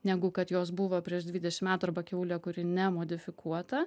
negu kad jos buvo prieš dvidešim metų arba kiaulė kuri ne modifikuota